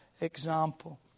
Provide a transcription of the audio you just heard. example